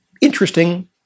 interesting